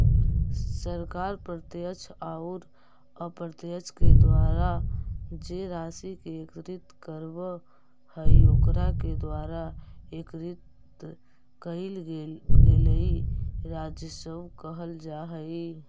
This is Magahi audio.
सरकार प्रत्यक्ष औउर अप्रत्यक्ष के द्वारा जे राशि के एकत्रित करवऽ हई ओकरा के द्वारा एकत्रित कइल गेलई राजस्व कहल जा हई